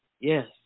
Yes